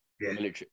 military